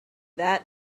that